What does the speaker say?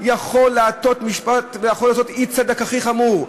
יכול להטות משפט ויכול לעשות אי-צדק הכי חמור.